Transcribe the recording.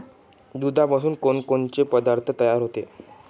दुधापासून कोनकोनचे पदार्थ तयार होते?